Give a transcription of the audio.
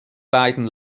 beiden